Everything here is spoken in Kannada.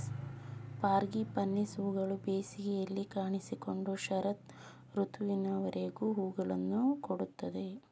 ಫ್ರಾಂಗಿಪನಿಸ್ ಹೂಗಳು ಬೇಸಿಗೆಯಲ್ಲಿ ಕಾಣಿಸಿಕೊಂಡು ಶರತ್ ಋತುವಿನವರೆಗೂ ಹೂಗಳನ್ನು ಕೊಡುತ್ತದೆ